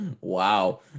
Wow